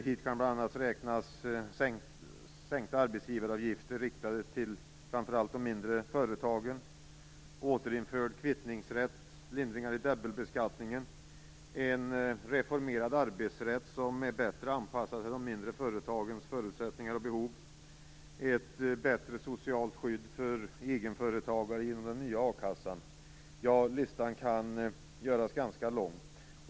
Hit kan bl.a. räknas sänkta arbetsgivaravgifter riktade till framför allt de mindre företagen, återinförd kvittningsrätt, lindringar i dubbelbeskattningen, en reformerad arbetsrätt som är bättre anpassad till de mindre företagens förutsättningar och behov, ett bättre socialt skydd för egenföretagare genom den nya a-kassan - ja, listan kan göras ganska lång.